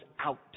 out